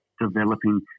developing